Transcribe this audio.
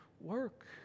work